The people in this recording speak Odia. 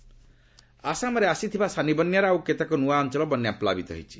ଆସାମ ଫ୍ଲୁଡ୍ ଆସାମରେ ଆସିଥିବା ସାନି ବନ୍ୟାରେ ଆଉ କେତେକ ନୃଆ ଅଞ୍ଚଳ ବନ୍ୟାପ୍ଲାବିତ ହୋଇଛି